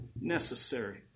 necessary